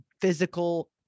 physical